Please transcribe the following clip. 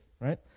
right